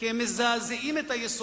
כי הם מזעזעים את היסודות.